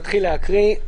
להקריא.